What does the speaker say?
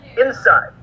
Inside